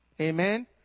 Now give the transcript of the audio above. Amen